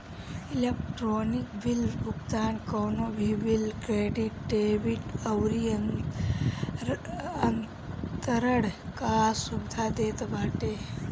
electronic bill भुगतान कवनो भी बिल, क्रेडिट, डेबिट अउरी अंतरण कअ सुविधा देत बाटे